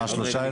מה השלושה האלו?